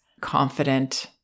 confident